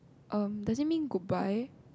um does it mean goodbye